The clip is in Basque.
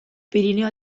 pirinio